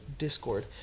Discord